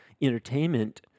entertainment